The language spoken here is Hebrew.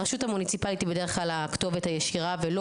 הרשות המוניציפלית היא בדרך כלל הכתובת הישירה ולא